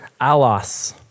alos